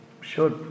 Sure